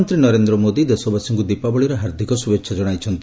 ପ୍ରଧାନମନ୍ତ୍ରୀ ନରେନ୍ଦ୍ର ମୋଦି ଦେଶବାସୀଙ୍କୁ ଦୀପାବଳିର ହାର୍ଦ୍ଦିକ ଶୁଭେଚ୍ଛା ଜଣାଇଛନ୍ତି